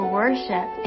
worship